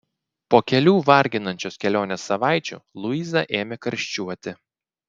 po kelių varginančios kelionės savaičių luiza ėmė karščiuoti